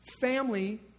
Family